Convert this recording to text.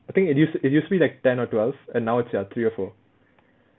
I think it used it used to be like ten or twelve and now it's at three or four